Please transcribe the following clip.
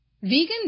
Vegan